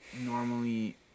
normally